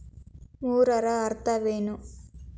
ಮೂರರ ಅರ್ಥವೇನು?